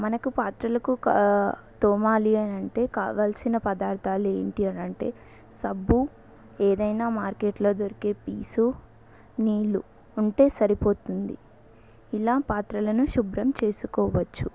మనకు పాత్రలకు కా తోమాలి అనంటే కావలసిన పదార్థాలు ఏంటి అనంటే సబ్బు ఏదైనా మార్కెట్లో దొరికే పీచు నీళ్ళు ఉంటే సరిపోతుంది ఇలా పాత్రలను శుభ్రం చేసుకోవచ్చు